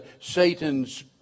Satan's